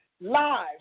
lives